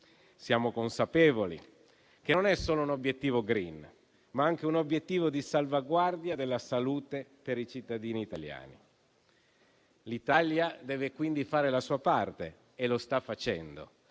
Siamo consapevoli che non è solo un obiettivo *green*, ma anche un obiettivo di salvaguardia della salute dei cittadini italiani. L'Italia deve quindi fare la sua parte e la sta facendo,